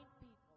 people